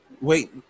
Wait